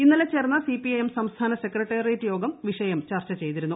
ഇന്നലെ ചേർന്ന സിപിഐഎം സംസ്ഥാന സെക്രട്ടറിയേറ്റ് യോഗം വിഷയം ചർച്ച ചെയ്തിരുന്നു